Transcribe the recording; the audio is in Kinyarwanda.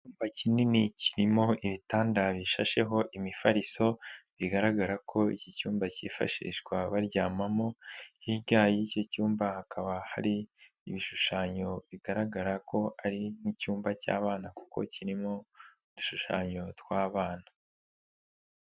Icyumba kinini kirimo ibitanda bishasheho imifariso bigaragara ko iki cyumba cyifashishwa baryamamo, hirya y'icyo cyumba hakaba hari ibishushanyo bigaragara ko ari nk'icyumba cy'abana kuko kirimo udushushanyo tw'abana.